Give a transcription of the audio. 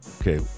Okay